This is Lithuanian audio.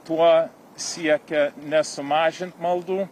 tuo siekia nesumažint maldų